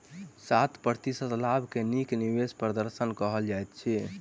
सात प्रतिशत लाभ के नीक निवेश प्रदर्शन कहल जाइत अछि